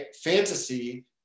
fantasy